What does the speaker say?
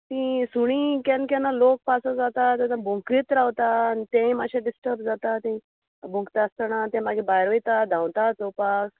ती सुणी केन्ना केन्ना लोक पासू जाता तेन्ना भोंवकरीत रावता आनी तेंय मातशें डिस्टर्ब जाता तें भोंवकता आसतना तें मागीर भायर वयता धांवता चोवपाक